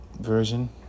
version